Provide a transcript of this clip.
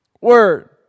word